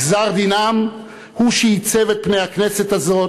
גזר-דינם הוא שעיצב את פני הכנסת הזאת,